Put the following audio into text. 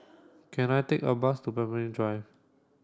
can I take a bus to Pemimpin Drive